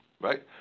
right